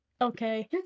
okay